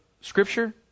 Scripture